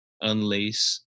Unlace